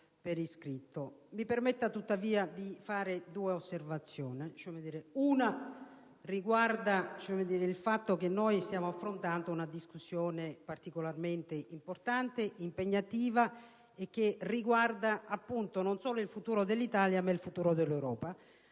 Mi permetta tuttavia di fare due osservazioni. La prima riguarda il fatto che stiamo affrontando una discussione particolarmente importante, impegnativa, che concerne non solo il futuro dell'Italia, ma quello dell'Europa.